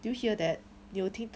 do you hear that 你有听